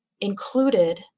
included